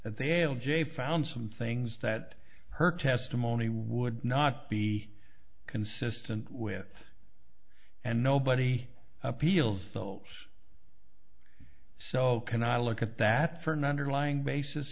l j found some things that her testimony would not be consistent with and nobody appeals sulks so can i look at that for an underlying basis